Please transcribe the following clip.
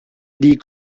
die